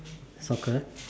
soccer